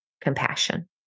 compassion